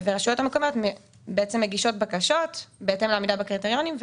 הרשויות המקומיות בעצם מגישות בקשות בהתאם לעמידה בקריטריונים,